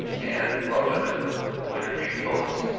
and clubwomen who entertained poets.